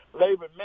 labor